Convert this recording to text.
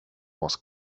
was